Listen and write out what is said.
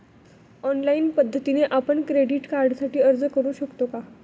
Online पद्धतीने आपण credit कार्डसाठी अर्ज करु शकतो का?